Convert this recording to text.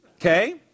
Okay